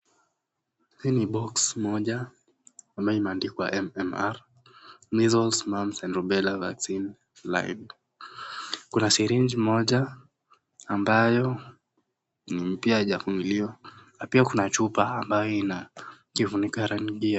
Hii ni boksi moja ambayo imeandikwa mmr, measles, mumbs and rubela vaccine . Kuna syringe moja ambayo pia haijafunguliwa na pia kuna chupa ambayo ina kifuniko ya rangi ya.